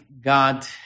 God